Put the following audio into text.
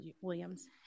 Williams